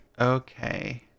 Okay